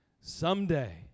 Someday